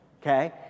Okay